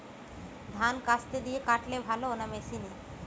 ধান কাস্তে দিয়ে কাটলে ভালো না মেশিনে?